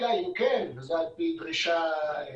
אלא אם כן וזה על פי דרישת משרד